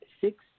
six